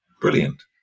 brilliant